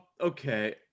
Okay